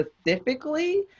specifically